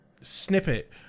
snippet